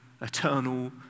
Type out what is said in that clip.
eternal